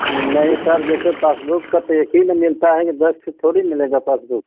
नहीं सर जैसे पासबुक पर तो एक ही ना मिलता है कि दस ठो थोड़ी मिलेगा पासबुक